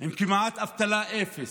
עם אבטלה של כמעט אפס,